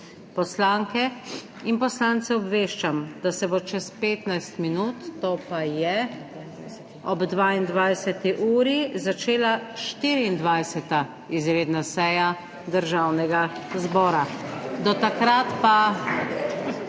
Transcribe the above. Poslanke in poslance obveščam, da se bo čez 15 minut, to pa je ob 22. uri začela 24. izredna seja Državnega zbora. **154.